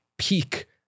Peak